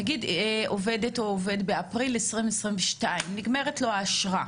נגיד עובדת או עובד שבאפריל 2022 נגמרת לו האשרה,